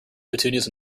petunias